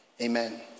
amen